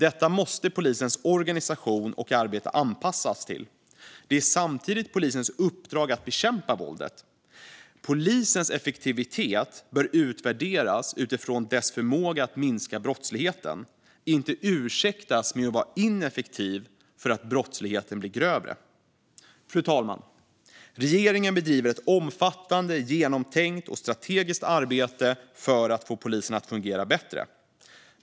Detta måste polisens organisation och arbete anpassas till. Det är samtidigt polisens uppdrag att bekämpa våldet. Polisen bör utvärderas utifrån dess förmåga att effektivt minska brottsligheten, inte ursäktas med att vara ineffektiv för att brottsligheten blir grövre. Fru talman! Regeringen bedriver ett omfattande, genomtänkt och strategiskt arbete för att få polisen att fungera bättre.